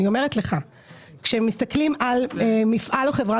אני אומרת לך שכשמסתכלים על מפעל או חברה